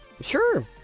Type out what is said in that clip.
Sure